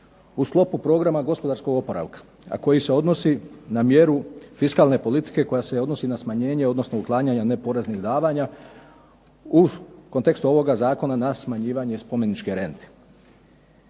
u sklopu programa gospodarskog oporavka, a koji se odnosi na mjeru fiskalne politike koja se odnosi na smanjenje, odnosno uklanjanja neporeznih davanja u kontekstu ovoga zakona na smanjivanje spomeničke rente.